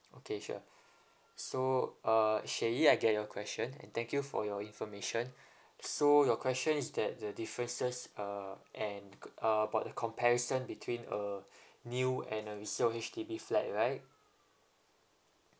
okay sure so uh shaye I get your question and thank you for your information so your question is that the differences uh and co~ uh about the comparison between a new and a resale H_D_B flat right